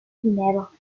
funèbre